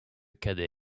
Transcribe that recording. cadets